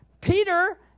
Peter